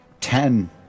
ten